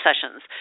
sessions